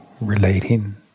relating